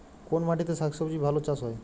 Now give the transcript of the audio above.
কোন মাটিতে শাকসবজী ভালো চাষ হয়?